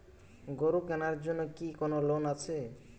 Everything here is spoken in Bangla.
গরু কেনার জন্য কি কোন লোন আছে?